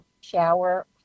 shower